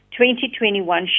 2021